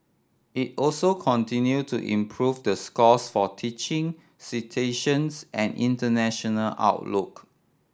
it also continued to improve the scores for teaching citations and international outlook